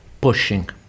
pushing